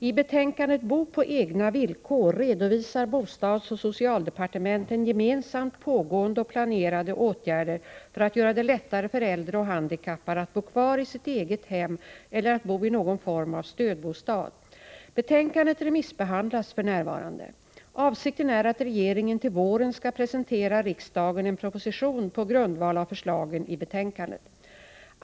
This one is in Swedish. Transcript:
I betänkandet Bo på egna villkor redovisar bostadsoch socialdepartementen gemensamt pågående och planerade åtgärder för att göra det lättare för äldre och handikappade att bo kvar i sitt eget hem eller att bo i någon form av stödbostad. Betänkandet remissbehandlas f. n. Avsikten är att regeringen till våren skall presentera riksdagen en proposition på grundval av förslagen i betänkandet.